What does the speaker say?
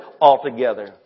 altogether